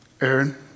Aaron